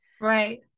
Right